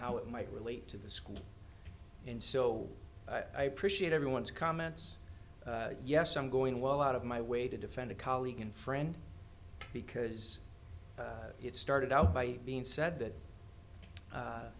how it might relate to the school and so i appreciate everyone's comments yes i'm going well out of my way to defend a colleague and friend because it started out by being said that